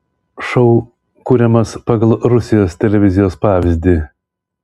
šou kuriamas pagal rusijos televizijos pavyzdį